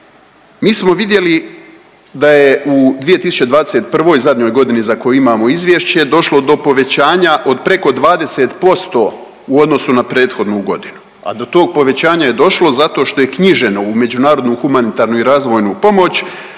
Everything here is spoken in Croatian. Mi smo vidjeli da je u 2021. zadnjoj godini za koju imamo izvješće došlo do povećanja od preko 20% u odnosu na prethodnu godinu, a do tog povećanja je došlo zato što je knjiženo u međunarodnu humanitarnu i razvojnu pomoć